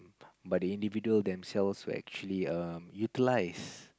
but the individual themselves who actually um utilize